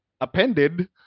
Appended